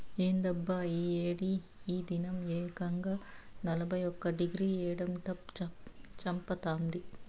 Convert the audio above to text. ఏందబ్బా ఈ ఏడి ఈ దినం ఏకంగా నలభై ఒక్క డిగ్రీ ఎండట చంపతాంది